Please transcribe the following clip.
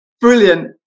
brilliant